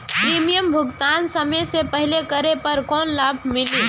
Premium भुगतान समय से पहिले करे पर कौनो लाभ मिली?